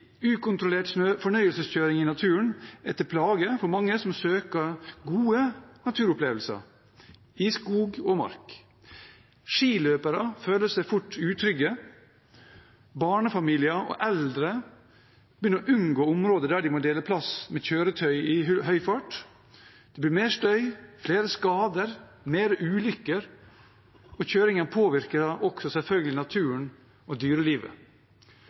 ukontrollert fornøyelseskjøring i naturen er til plage for mange som søker gode naturopplevelser i skog og mark. Skiløpere føler seg fort utrygge, barnefamilier og eldre begynner å unngå områder der de må dele plass med kjøretøy i høy fart, det blir mer støy, flere skader, mer ulykker, og kjøringen påvirker også selvfølgelig naturen og